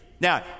Now